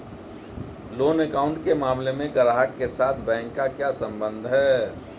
Loan account के मामले में ग्राहक के साथ बैंक का क्या संबंध है?